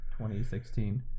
2016